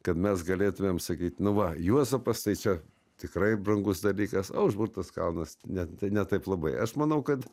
kad mes galėtumėm sakyt nu va juozapas tai čia tikrai brangus dalykas o užburtas kalnas ne tai ne taip labai aš manau kad